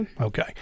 Okay